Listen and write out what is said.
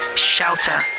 Shelter